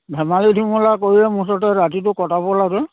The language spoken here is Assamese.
ধেমালি ধুমুলা কৰিয়ে মুঠতে ৰাতিটো কটাব লাগে